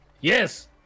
Yes